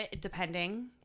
Depending